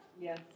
Yes